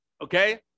Okay